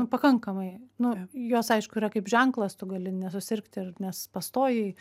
nu pakankamai nu jos aišku yra kaip ženklas tu gali nesusirgti ir nes pastojai